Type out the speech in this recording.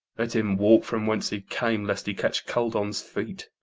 let him walk from whence he came, lest he catch cold on's feet.